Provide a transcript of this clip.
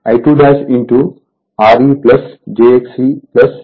I2 Re j XeV2 V10